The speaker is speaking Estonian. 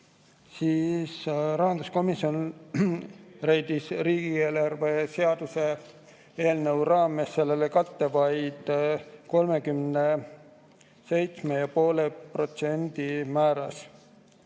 siis rahanduskomisjon leidis riigieelarve seaduse eelnõu raames sellele katte vaid 37,5% määras.